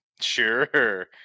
Sure